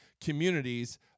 communities